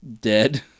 dead